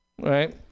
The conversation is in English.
right